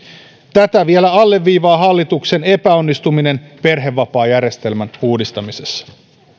tätä vielä alleviivaa hallituksen epäonnistuminen perhevapaajärjestelmän uudistamisessa